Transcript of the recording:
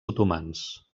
otomans